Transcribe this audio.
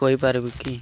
କହିପାରିବୁ କି